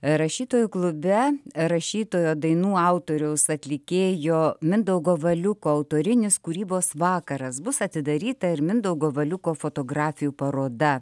rašytojų klube rašytojo dainų autoriaus atlikėjo mindaugo valiuko autorinis kūrybos vakaras bus atidaryta ir mindaugo valiuko fotografijų paroda